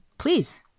Please